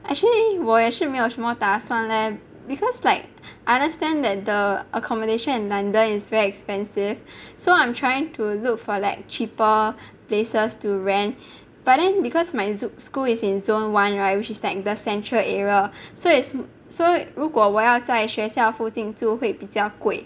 actually 我也是没有什么打算 leh because like I understand that the accommodation at london is very expensive so I'm trying to look for like cheaper places to rent but then because my school is in zone one [right] which is like the central area so it's so 如果我要在学校附近租会比较贵